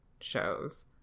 shows